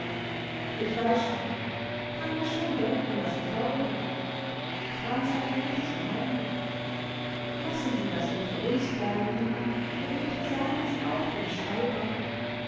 ich weiß schon kann mir schon denken was er vorgebracht franz hat mir nichts verheimlicht lassen sie das unter uns bleiben und untersagen sie auch dem schreiber